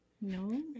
No